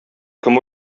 кем